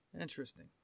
Interesting